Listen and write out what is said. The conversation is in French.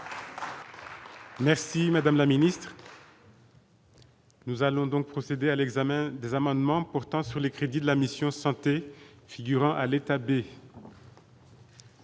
Merci madame la ministre. Nous allons donc procéder à l'examen des amendements portant sur les crédits de la mission santé figurant à l'état de.